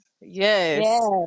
Yes